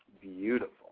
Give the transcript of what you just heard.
Beautiful